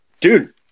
dude